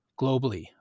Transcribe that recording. globally